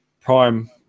Prime